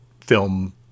film